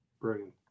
Brilliant